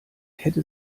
hätte